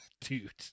dude